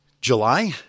July